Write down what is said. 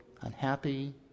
unhappy